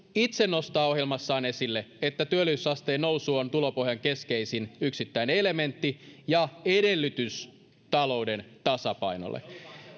itse ohjelmassaan esille että työllisyysasteen nousu on tulopohjan keskeisin yksittäinen elementti ja edellytys talouden tasapainolle